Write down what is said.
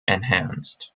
enhanced